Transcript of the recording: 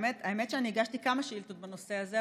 האמת שהגשתי כמה שאילתות בנושא הזה,